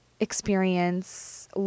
experience